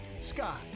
Scott